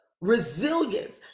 resilience